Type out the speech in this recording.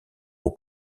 aux